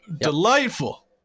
delightful